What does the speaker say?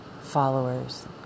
followers